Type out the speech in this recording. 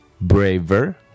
braver